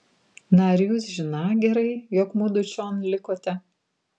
na ar jūs žiną gerai jog mudu čion likote